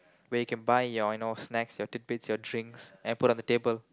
where you can buy your and all snacks your tidbits your drinks and put on the table